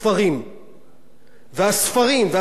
והספרים, והספרות והסופרים,